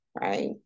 Right